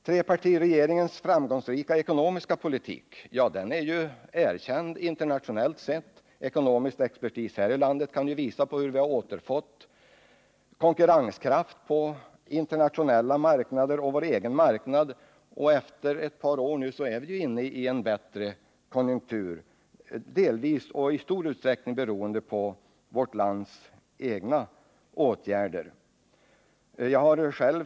Trepartiregeringens framgångsrika ekonomiska politik är erkänd internationellt sett, och ekonomisk expertis här i landet kan visa på hur vi har återfått konkurrenskraft på internationella marknader och på vår egen hemmamarknad. Efter ett par år är vi nu inne i en bättre situation, i stor utsträckning beroende på våra egna åtgärder.